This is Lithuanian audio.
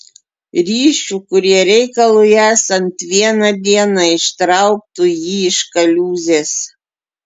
ryšių kurie reikalui esant vieną dieną ištrauktų jį iš kaliūzės